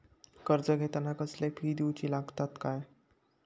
कर्ज घेताना कसले फी दिऊचे लागतत काय?